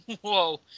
whoa